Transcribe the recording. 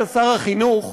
אתה היית שר החינוך.